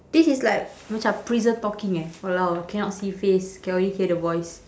this is like macam prison talking eh !walao! cannot see face can only hear the voice